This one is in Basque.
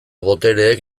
botereek